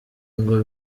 ngo